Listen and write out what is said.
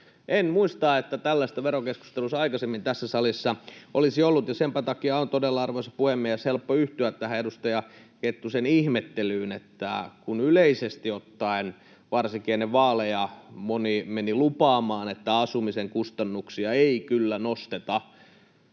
En muista, että tällaista verokeskustelua aikaisemmin tässä salissa olisi ollut. Senpä takia on, arvoisa puhemies, todella helppo yhtyä tähän edustaja Kettusen ihmettelyyn, että kun yleisesti ottaen varsinkin ennen vaaleja moni meni lupaamaan, että asumisen kustannuksia ei kyllä nosteta